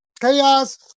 Chaos